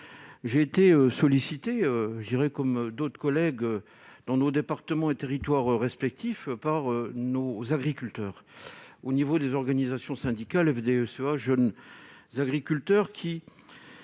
j'ai été sollicité, je dirais, comme d'autres collègues dont nos départements et territoires respectifs par nos agriculteurs au niveau des organisations syndicales FDSEA Jeunes agriculteurs qui